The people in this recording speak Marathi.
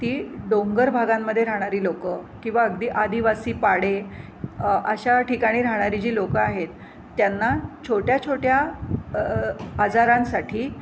ती डोंगर भागांमधे राहणारी लोकं किंवा अगदी आदिवासी पाडे अशा ठिकाणी राहणारी जी लोकं आहेत त्यांना छोट्या छोट्या आजारांसाठी